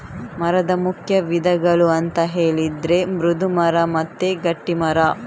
ಮರದ ಮುಖ್ಯ ವಿಧಗಳು ಅಂತ ಹೇಳಿದ್ರೆ ಮೃದು ಮರ ಮತ್ತೆ ಗಟ್ಟಿ ಮರ